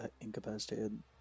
incapacitated